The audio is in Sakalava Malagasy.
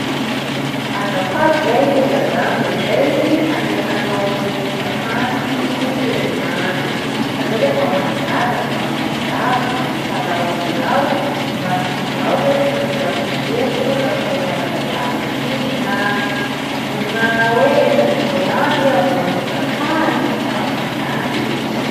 Azafady lay madamo e, zahay handeha hanao vakansy herinandro ka zao lay mba mangataky mba miangavy mba mitalaho aminao mba tondrao le folerako reto lafa ihe maladalaka igny na na hoe isaky in-droa indray andro iha vô manondraka azy tsy raha magnahy.